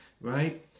Right